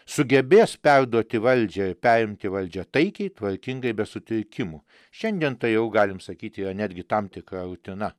sugebės perduoti valdžią ir perimti valdžią taikiai tvarkingai be sutrikimų šiandien jau galim sakyti yra netgi tam tikra rutina